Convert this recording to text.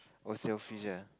oh shellfish ah